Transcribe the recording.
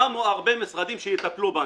שמו הרבה משרדים שיטפלו בנו.